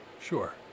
sure